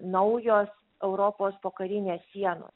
naujos europos pokarinės sienos